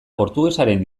portugesaren